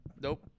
Nope